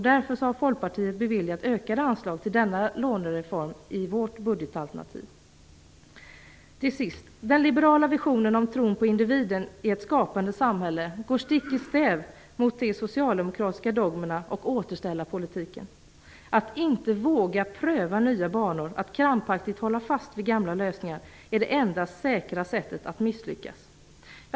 Därför har vi i Folkpartiet föreslagit ökade anslag till denna låneform i vårt budgetalternativ. Den liberala visionen om tron på individen i ett skapande samhälle går stick i stäv med de socialdemokratiska dogmerna och återställarpolitiken. Att inte våga pröva nya banor, att krampaktigt hålla fast vid gamla lösningar, är det enda säkra sättet att misslyckas.